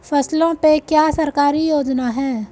फसलों पे क्या सरकारी योजना है?